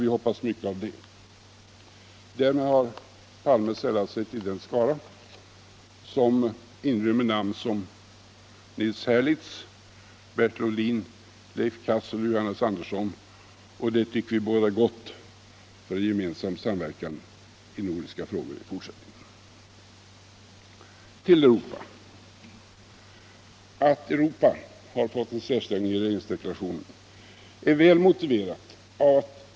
Vi hoppas mycket av det. Därmed har herr Palme sällat sig till den skara som inrymmer namn som Nils Herlitz, Bertil Ohlin, Leif Cassel och Johannes Antonsson, och det tycker vi bådar gott för en samverkan i nordiska frågor i fortsättningen. Till Europa! Att Europa har fått en särställning i regeringsdeklarationen är väl motiverat.